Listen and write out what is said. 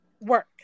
work